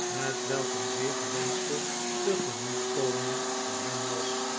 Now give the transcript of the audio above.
hetwelk een zeer gewenschte tegemoetkoming voor hem was